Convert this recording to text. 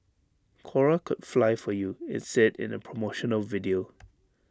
cora could fly for you IT said in A promotional video